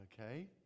okay